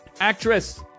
actress